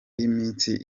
y’iminsi